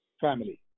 family